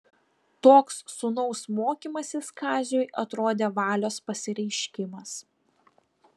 toks sūnaus mokymasis kaziui atrodė valios pasireiškimas